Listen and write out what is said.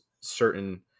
certain